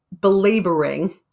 belaboring